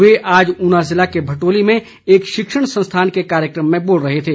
वे आज ऊ ना जिले के भटोली में एक शिक्षण संस्थान के कार्य क्र म में बोल रहे थे